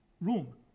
room